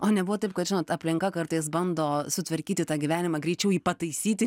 o nebuvo taip kad žinot aplinka kartais bando sutvarkyti tą gyvenimą greičiau jį pataisyti